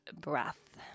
breath